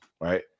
right